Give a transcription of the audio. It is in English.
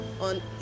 on